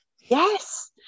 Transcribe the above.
yes